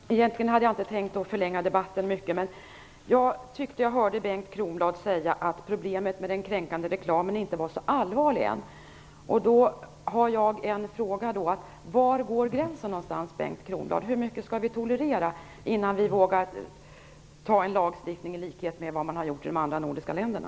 Herr talman! Egentligen hade jag inte tänkt förlänga debatten mycket, men jag tyckte jag hörde Bengt Kronblad säga att problemen med den kränkande reklamen inte var så allvarliga. Jag har då en fråga: Var går gränsen någonstans, Bengt Kronblad? Hur mycket skall vi tolerera innan vi vågar anta en lagstiftning i likhet med vad man har gjort i de andra nordiska länderna?